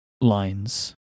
lines